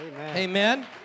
Amen